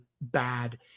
bad